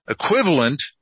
equivalent